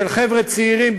של חבר'ה צעירים,